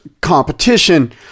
competition